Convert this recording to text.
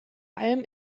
allem